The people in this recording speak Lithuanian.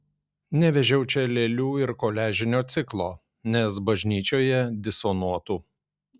nevežiau čia lėlių ir koliažinio ciklo nes jie bažnyčioje disonuotų